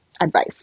advice